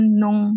nung